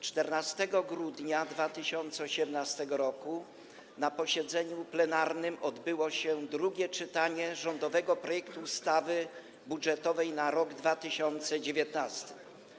14 grudnia 2018 r. na posiedzeniu plenarnym odbyło się drugie czytanie rządowego projektu ustawy budżetowej na rok 2019.